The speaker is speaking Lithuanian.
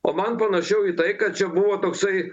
o man panašiau į tai kad čia buvo toksai